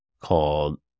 called